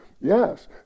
Yes